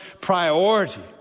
priority